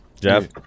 Jeff